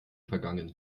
vergangen